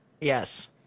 Yes